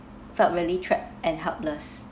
felt really trapped and helpless